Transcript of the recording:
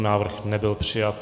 Návrh nebyl přijat.